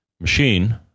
machine